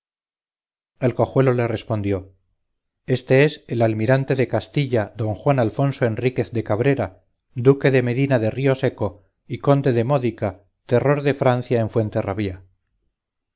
el cojuelo le respondió este es el almirante de castilla don juan alfonso enríquez de cabrera duque de medina de ríoseco y conde de módica terror de francia en fuenterrabía